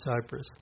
Cyprus